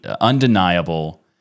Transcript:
undeniable